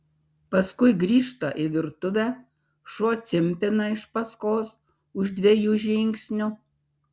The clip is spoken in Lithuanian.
paskui grįžta į virtuvę šuo cimpina iš paskos už dviejų žingsnių